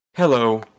Hello